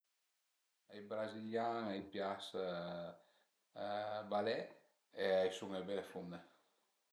Ai brazilian a i pias balé e a i sun d'bele fumne